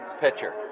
pitcher